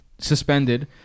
Suspended